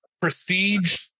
Prestige